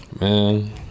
Man